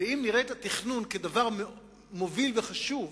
ואם נראה את התכנון כדבר מוביל וחשוב,